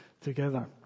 together